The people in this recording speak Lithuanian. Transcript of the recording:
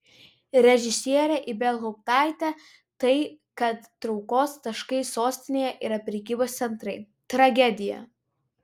režisierė ibelhauptaitė tai kad traukos taškai sostinėje yra prekybos centrai tragedija